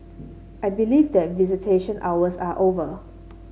I believe that visitation hours are over